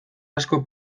asko